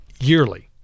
yearly